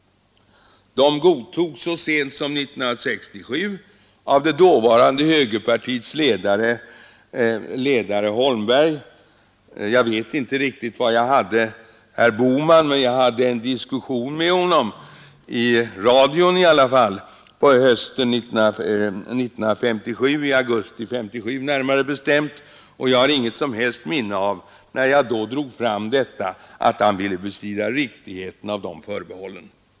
De godtogs så sent som 1967 av det dåvarande högerpartiets ledare Yngve Holmberg. Jag vet inte riktigt var jag hade herr Bohman, men jag hade en diskussion med honom i radio i augusti 1957. Jag har inget som helst minne av att han, när jag drog fram detta, ville bestrida riktigheten av dessa förbehåll.